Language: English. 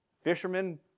Fishermen